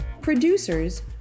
producers